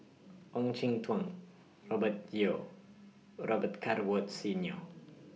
Ong Jin Teong Robert Yeo Robet Carr Woods Senior